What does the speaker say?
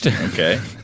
okay